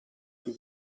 più